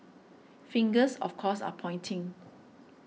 fingers of course are pointing